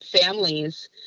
families